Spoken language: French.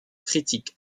critique